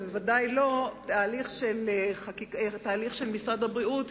ובוודאי לא בתהליך של משרד הבריאות,